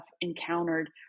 encountered